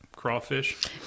Crawfish